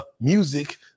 music